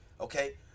Okay